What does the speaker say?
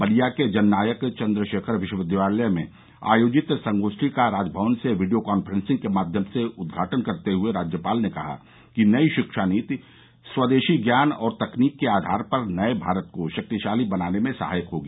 बलिया के जननायक चन्द्रशेखर विश्वविद्यालय में आयोजित संगोष्ठी का राजभवन से वीडियो कांफ्रेंसिंग के माध्यम से उदघाटन करते हए राज्यपाल ने कहा कि नई शिक्षा नीति स्वदेशी ज्ञान और तकनीक के आधार पर नये भारत को शक्तिशाली बनाने में सहायक होगी